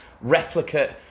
replicate